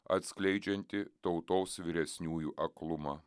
atskleidžiantį tautos vyresniųjų aklumą